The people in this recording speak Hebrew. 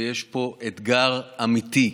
ויש פה אתגר אמיתי.